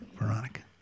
Veronica